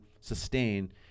sustain